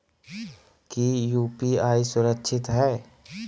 की यू.पी.आई सुरक्षित है?